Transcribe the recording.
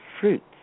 fruits